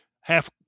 half